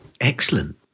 Excellent